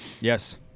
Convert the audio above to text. Yes